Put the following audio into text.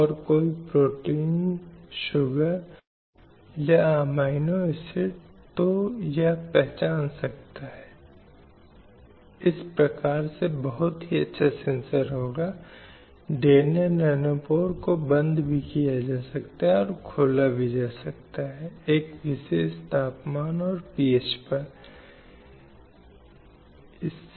इसलिए इसलिए भले ही भारत में हमारे पास विवाह की न्यूनतम आयु हो इसलिए अंतर्राष्ट्रीय आदेश जो फिर से जोर देने की कोशिश करता है वह यह है कि न्यूनतम आयु होनी चाहिए और उस न्यूनतम आयु से किसी भी तरह या स्थिति में ऐसा नहीं होना चाहिए जहां एक महिला या बच्चे की शादी कर दी जाती है